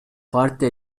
партия